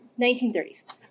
1930s